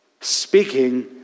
speaking